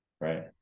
right